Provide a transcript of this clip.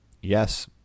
Yes